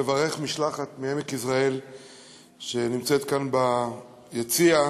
לברך משלחת מעמק-יזרעאל שנמצאת כאן ביציע,